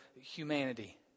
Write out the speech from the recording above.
humanity